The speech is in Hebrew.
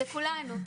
לכולנו.